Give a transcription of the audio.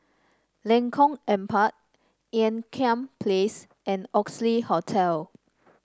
Lengkong Empat Ean Kiam Place and Oxley Hotel